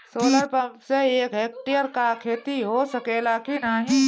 Solar pump से एक hectare क खेती हो सकेला की नाहीं?